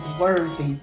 worthy